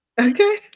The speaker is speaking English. Okay